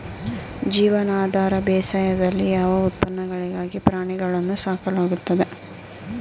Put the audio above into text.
ಜೀವನಾಧಾರ ಬೇಸಾಯದಲ್ಲಿ ಯಾವ ಉತ್ಪನ್ನಗಳಿಗಾಗಿ ಪ್ರಾಣಿಗಳನ್ನು ಸಾಕಲಾಗುತ್ತದೆ?